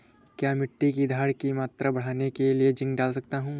क्या मिट्टी की धरण की मात्रा बढ़ाने के लिए जिंक डाल सकता हूँ?